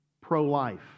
pro-life